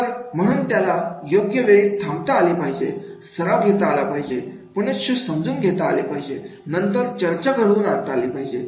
तर म्हणून त्याला योग्य वेळी थांबता आले पाहिजे सराव घेता आला पाहिजे पुनश्च समजून घेता आले पाहिजे नंतर चर्चा घडवून आणता आली पाहिजे